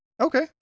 Okay